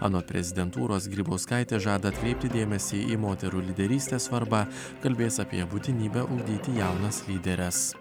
anot prezidentūros grybauskaitė žada atkreipti dėmesį į moterų lyderystės svarbą kalbės apie būtinybę ugdyti jaunas lyderes